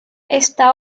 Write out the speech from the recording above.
esta